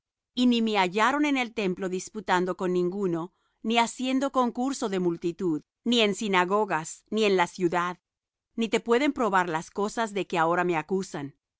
y ni me hallaron en el templo disputando con ninguno ni haciendo concurso de multitud ni en sinagogas ni en la ciudad ni te pueden probar las cosas de que ahora me acusan